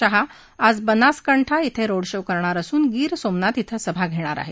शहा आज बनासकांठा बें रोडशो करणार असून गीर सोमनाथ बें सभा घेणार आहेत